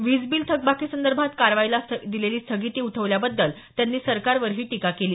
वीजबील थकबाकीसंदर्भात कारवाईला दिलेली स्थगिती उठवल्याबद्दल त्यांनी सरकारवर ही टीका केली